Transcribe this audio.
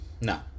No